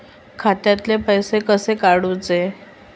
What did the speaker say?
खात्यातले पैसे कसे काडूचे?